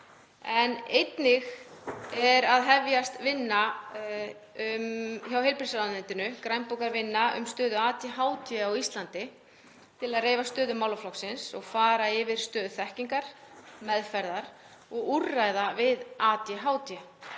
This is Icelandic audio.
Einnig er að hefjast vinna hjá heilbrigðisráðuneytinu, grænbókarvinna, um stöðu ADHD á Íslandi til að reifa stöðu málaflokksins og fara yfir stöðu þekkingar, meðferðar og úrræða við ADHD.